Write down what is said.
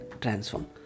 transform